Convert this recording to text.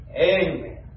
Amen